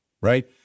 right